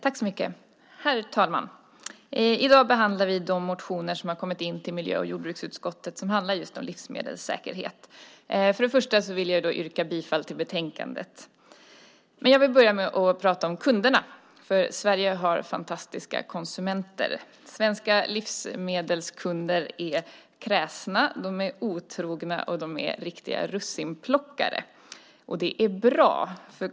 Herr talman! I dag behandlar vi de motioner som kommit in till miljö och jordbruksutskottet som handlar om livsmedelssäkerhet. Först av allt vill jag yrka bifall till utskottets förslag i betänkandet. Jag vill dock börja med att prata om kunderna. Sverige har fantastiska konsumenter. Svenska livsmedelskunder är kräsna, otrogna och riktiga russinplockare. Det är bra.